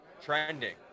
trending